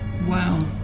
Wow